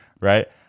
Right